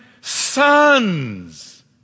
sons